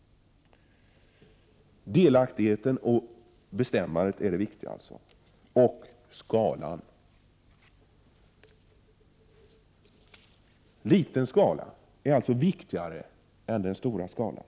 Delaktigheten och bestämmandet är det viktiga — och skalan. Liten skala är alltså viktigare än den stora skalan.